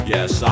Yes